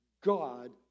God